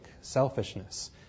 selfishness